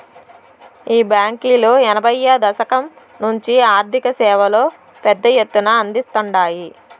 ఈ బాంకీలు ఎనభైయ్యో దశకం నుంచే ఆర్థిక సేవలు పెద్ద ఎత్తున అందిస్తాండాయి